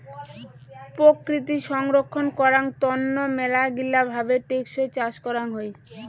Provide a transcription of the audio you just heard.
প্রকৃতি সংরক্ষণ করাং তন্ন মেলাগিলা ভাবে টেকসই চাষ করাং হই